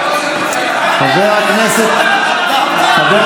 חבר הכנסת מנסור, תודה.